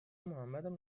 محمدم